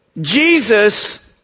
Jesus